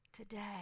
today